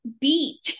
Beat